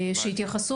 שוק".